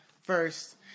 first